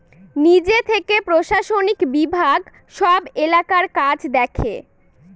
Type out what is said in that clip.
নিজে থেকে প্রশাসনিক বিভাগ সব এলাকার কাজ দেখে